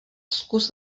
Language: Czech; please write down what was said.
zkus